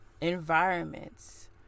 environments